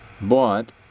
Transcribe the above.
bought